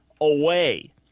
away